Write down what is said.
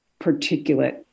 particulate